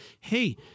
hey